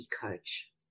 coach